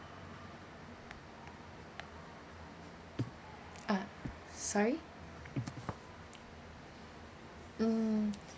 uh sorry mm